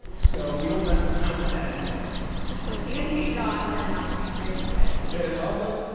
so we don't mess around with that anymore the pancake gods are not to be trifled with get an omelet,